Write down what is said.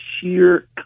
sheer